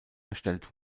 erstellt